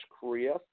Korea